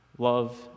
Love